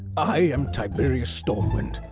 i am tiberius stormwind.